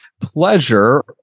pleasure